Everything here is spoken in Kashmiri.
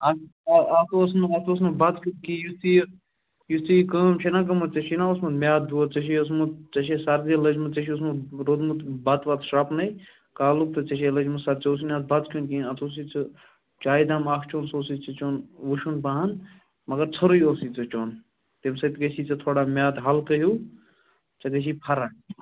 اَتھ اوس نہٕ اَتھ اوس نہٕ بَتہٕ کھیوٚن کِہیٖنۍ یُتھ یہِ یُس ژےٚ یہِ کٲم چھے نہ گٔمٕژ ژے چھی نَہ اوسمُت میٛادٕ دود ژےٚ چھی اوسمُت ژےٚ چھی سردی لٔجمٕژ ژےٚ چھی اوسمُت روٗدمُت بتہٕ وَتہٕ شرٛوپنَے کالُک تہٕ ژےٚ چھے لٔجمٕژ سہ ژےٚ اوسٕے نہٕ اَتھ بتہِ کھیوٚن کِہیٖنۍ اَتھ اوسٕے ژےٚ چایہِ دام اَکھ چیوٚن سُہ اوسٕے ژےٚ چیوٚن وٕشُن پَہن مگر ژھوٚرُے اوسٕے ژےٚ چیوٚن تَمہِ سۭتۍ گَژھی ژےٚ تھوڑا میٛادٕ ہلکہٕ ہیوٗ ژےٚ گژھی فرق